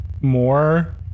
more